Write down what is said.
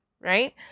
right